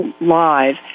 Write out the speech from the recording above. live